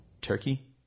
Turkey